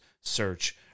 search